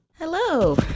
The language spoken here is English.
Hello